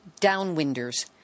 downwinders